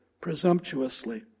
presumptuously